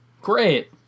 Great